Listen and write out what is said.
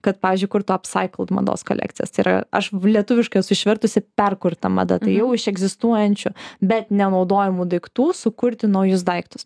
kad pavyzdžiui kurt opsaikald mados kolekcijas tai yra aš lietuviškai esu išvertusi perkurta mada tai jau iš egzistuojančių bet nenaudojamų daiktų sukurti naujus daiktus